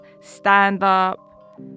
stand-up